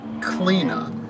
cleaner